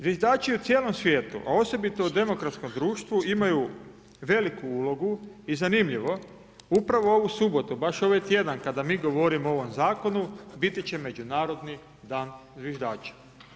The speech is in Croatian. Zviždači u cijelom svijetu a osobito u demokratskom društvu imaju veliku ulogu i zanimljivo, upravo ovu subotu, baš ovaj tjedan kada mi govorimo o ovom zakonu, biti će Međunarodni dan zviždača.